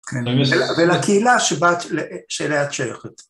ולקהילה שבה... שאליה את שייכת.